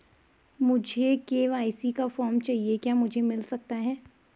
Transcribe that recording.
मुझे के.वाई.सी का फॉर्म चाहिए क्या मुझे मिल सकता है?